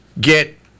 get